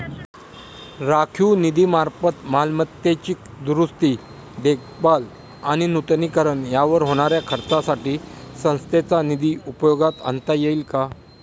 राखीव निधीमार्फत मालमत्तेची दुरुस्ती, देखभाल आणि नूतनीकरण यावर होणाऱ्या खर्चासाठी संस्थेचा निधी उपयोगात आणता येईल का?